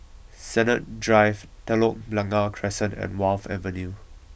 Sennett Drive Telok Blangah Crescent and Wharf Avenue